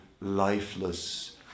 lifeless